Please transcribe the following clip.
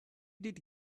did